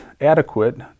adequate